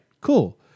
Cool